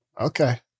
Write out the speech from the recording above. Okay